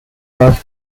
are